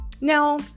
Now